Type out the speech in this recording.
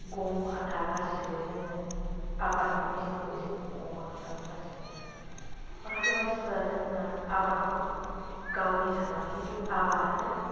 गम आथा गासैबो जोङो आबादनिफ्रायसो मोनजोबो अमा दाउ गासैबो माखासे मानसिफ्रा जोंना आबादखौ गावनि साना खिन्थु आबादानो